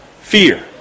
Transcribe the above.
fear